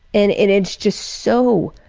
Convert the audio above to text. and it's just so